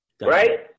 right